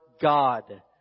God